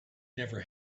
never